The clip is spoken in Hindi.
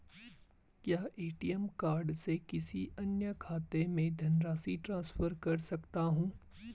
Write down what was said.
क्या ए.टी.एम कार्ड से किसी अन्य खाते में धनराशि ट्रांसफर कर सकता हूँ?